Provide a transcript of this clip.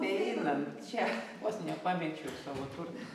beeinat čia vos nepamečiau savo turtų